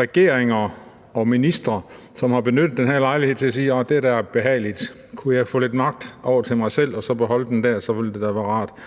regeringer og ministre, som har benyttet den her lejlighed til at sige: Det er da behageligt, kunne jeg få lidt magt over til mig selv og så beholde den der, så ville det være rart.